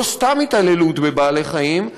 זו סתם התעללות בבעלי-חיים,